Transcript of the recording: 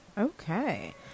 Okay